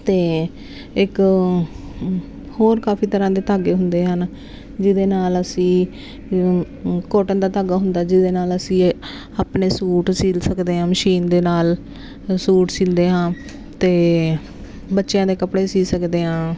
ਅਤੇ ਇੱਕ ਹੋਰ ਕਾਫੀ ਤਰ੍ਹਾਂ ਦੇ ਧਾਗੇ ਹੁੰਦੇ ਹਨ ਜਿਹਦੇ ਨਾਲ ਅਸੀਂ ਕੋਟਨ ਦਾ ਧਾਗਾ ਹੁੰਦਾ ਜਿਹਦੇ ਨਾਲ ਅਸੀਂ ਆਪਣੇ ਸੂਟ ਸਿਲ ਸਕਦੇ ਹਾਂ ਮਸ਼ੀਨ ਦੇ ਨਾਲ ਸੂਟ ਸਿਲਦੇ ਹਾਂ ਅਤੇ ਬੱਚਿਆਂ ਦੇ ਕੱਪੜੇ ਸੀਅ ਸਕਦੇ ਹਾਂ